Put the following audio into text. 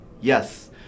yes